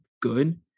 good